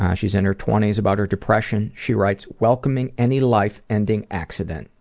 yeah she is in her twenty s. about her depression she writes, welcoming any life ending accident.